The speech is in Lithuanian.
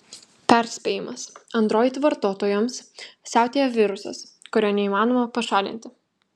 perspėjimas android vartotojams siautėja virusas kurio neįmanoma pašalinti